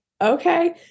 okay